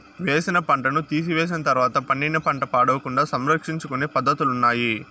వేసిన పంటను తీసివేసిన తర్వాత పండిన పంట పాడవకుండా సంరక్షించుకొనే పద్ధతులున్నాయి